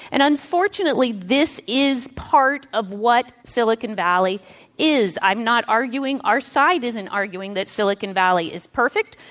and unfortunately, this is part of what silicon valley is. i'm not arguing our side isn't arguing that silicon valley is perfect.